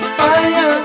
fire